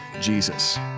Jesus